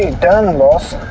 and done, and boss.